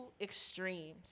extremes